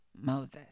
Moses